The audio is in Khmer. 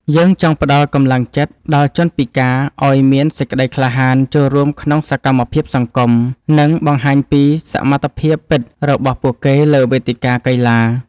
យើងចង់ផ្ដល់កម្លាំងចិត្តដល់ជនពិការឱ្យមានសេចក្ដីក្លាហានចូលរួមក្នុងសកម្មភាពសង្គម និងបង្ហាញពីសមត្ថភាពពិតរបស់ពួកគេលើវេទិកាកីឡា។